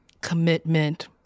commitment